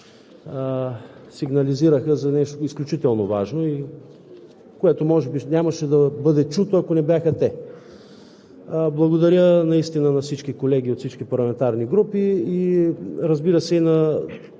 сигнализираха за нещо изключително важно, което може би нямаше да бъде чуто, ако не бяха те. Благодаря на всички колеги от всички парламентарни групи, разбира се, и на